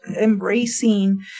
embracing